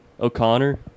O'Connor